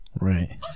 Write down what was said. right